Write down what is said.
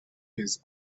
his